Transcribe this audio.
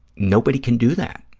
nobody can do that.